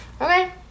okay